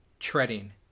treading